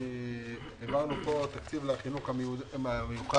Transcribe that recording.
העברנו פה תקציב לחינוך המיוחד,